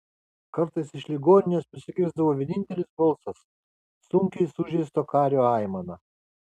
kartais iš ligoninės pasigirsdavo vienintelis balsas sunkiai sužeisto kario aimana